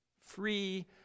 Free